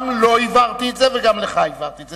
גם לו הבהרתי את זה וגם לך הבהרתי את זה,